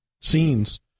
scenes